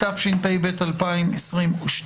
התשפ"ב 2022,